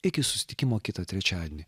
iki susitikimo kitą trečiadienį